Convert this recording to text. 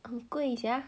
很贵 sia